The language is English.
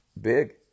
big